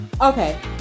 Okay